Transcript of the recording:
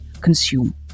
consume